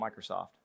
Microsoft